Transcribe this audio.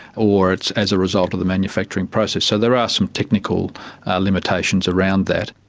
or it's as a result of the manufacturing process. so there are some technical limitations around that.